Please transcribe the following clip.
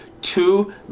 two